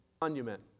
monument